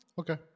okay